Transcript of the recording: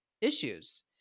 issues